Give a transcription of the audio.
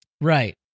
right